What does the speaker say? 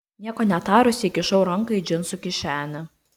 nieko netarusi įkišau ranką į džinsų kišenę